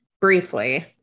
briefly